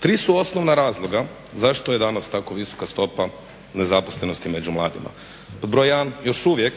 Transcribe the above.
Tri su osnovna razloga zašto je danas tako visoka stopa nezaposlenosti među mladima. Pod broj jedan još uvijek